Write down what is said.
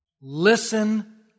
Listen